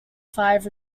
five